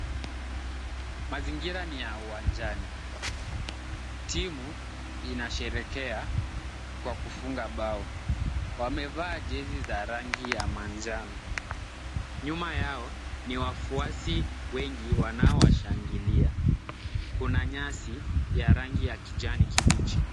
Mazingira ni ya uwanjani. Timu inasherehekea kwa kufunga mbao. Wamevaa jezi za rangi ya manjano. Nyuma yao ni wafuasi wengi wanaowashangilia. Kuna nyasi ya rangi ya kijani kibichi.